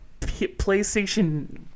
playstation